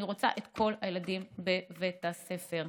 אני רוצה את כל הילדים בבית הספר,